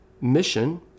mission